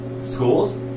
schools